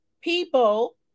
people